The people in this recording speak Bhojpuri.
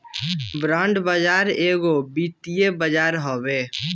बांड बाजार एगो वित्तीय बाजार हवे